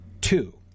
Two